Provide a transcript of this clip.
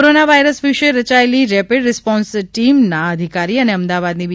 corona virus વિશ્ન રચાયેલી rapid response ટિમના અધિકારી અને અમદાવાદની બી